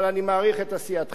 אבל אני מעריך את עשייתך.